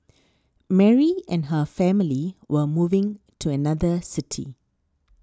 Mary and her family were moving to another city